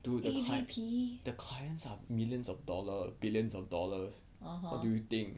dude the clients the clients are millions of dollar billions of dollars what do you think